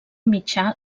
mitjà